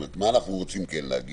למה אנחנו כן רוצים להגיע?